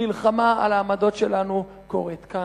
המלחמה על העמדות שלנו קורית כאן,